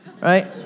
right